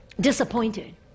disappointed